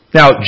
now